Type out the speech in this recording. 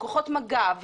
כוחות מג"ב,